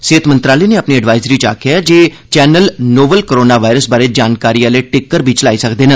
सेह्त मंत्रालय नै अपनी एडवाईज़री च आखेआ ऐ जे चैनल नोवल कोरोना वायरस बारै जानकारी आह्ले टिकर बी चलाई सकदे न